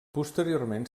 posteriorment